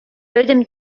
пӗтӗм